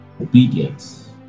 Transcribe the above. obedience